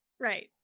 Right